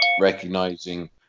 recognizing